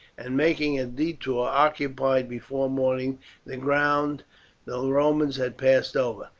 and making a detour occupied before morning the ground the romans had passed over.